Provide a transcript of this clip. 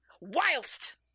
Whilst